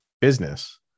business